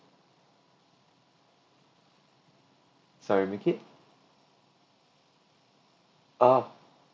so I make it oh